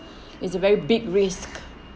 it's a very big risk